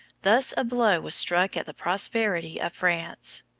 thus a blow was struck at the prosperity of france.